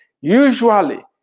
Usually